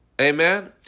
Amen